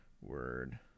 word